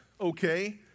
okay